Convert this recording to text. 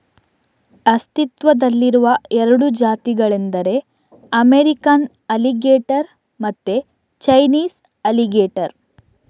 ಅಸ್ತಿತ್ವದಲ್ಲಿರುವ ಎರಡು ಜಾತಿಗಳೆಂದರೆ ಅಮೇರಿಕನ್ ಅಲಿಗೇಟರ್ ಮತ್ತೆ ಚೈನೀಸ್ ಅಲಿಗೇಟರ್